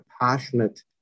passionate